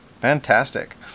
Fantastic